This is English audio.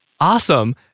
Awesome